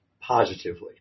positively